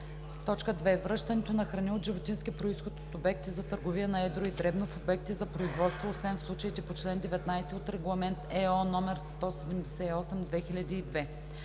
така: „2. връщането на храни от животински произход от обекти за търговия на едро и дребно в обекти за производство, освен в случаите по чл. 19 от Регламент (ЕО) № 178/2002.“